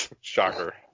Shocker